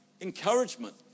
encouragement